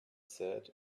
said